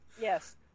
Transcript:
yes